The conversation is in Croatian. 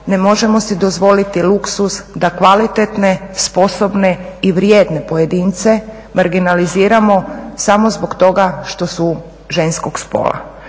ne možemo si dozvoliti luksuz da kvalitetne, sposobne i vrijedne pojedince marginaliziramo samo zbog toga što su ženskog spola.